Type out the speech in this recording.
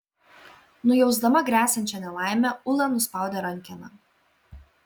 nujausdama gresiančią nelaimę ula nuspaudė rankeną